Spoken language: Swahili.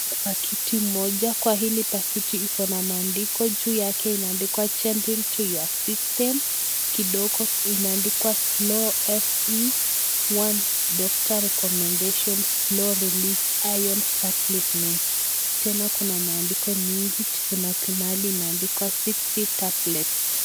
Kwa pakiti moja, kwa hili pakiti iko na maandiko, juu yake imeandikwa Gentle to your system kidogo imeandikwa SlowFe #1 doctor recommendation, slow release iron supplement tena kuna maandiko mingi kuna mahali imeandikwa 60 tablets .